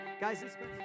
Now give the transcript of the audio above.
guys